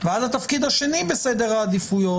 ואז התפקיד השני בסדר העדיפויות,